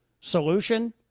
solution